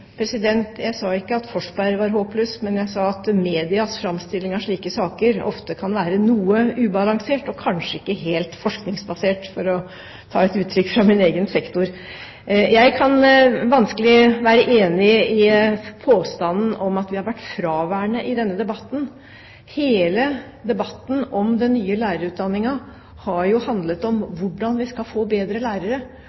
Jeg sa ikke at Forsberg var håpløs, jeg sa at medias framstilling av slike saker ofte kan være noe ubalansert og kanskje ikke helt forskningsbasert, for å bruke et uttrykk fra min egen sektor. Jeg kan vanskelig være enig i påstanden om at vi har vært fraværende i denne debatten. Hele debatten om den nye lærerutdanningen har jo handlet om